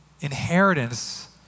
inheritance